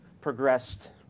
progressed